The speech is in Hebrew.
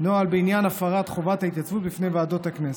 "נוהל בעניין הפרת חובת ההתייצבות בפני ועדות הכנסת".